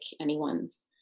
anyone's